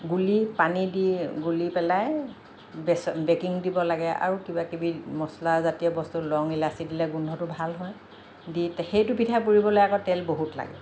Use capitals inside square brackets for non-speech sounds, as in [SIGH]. গুলি পানী দি গুলি পেলাই [UNINTELLIGIBLE] বেকিং দিব লাগে আৰু কিবা কিবি মচলা জাতীয় বস্তু লং ইলাচি দিলে গোন্ধটো ভাল হয় দি সেইটো পিঠা পুৰিবলে আকৌ তেল বহুত লাগে